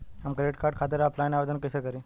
हम credit card खातिर offline आवेदन कइसे करि?